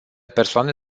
persoane